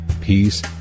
peace